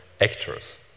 actors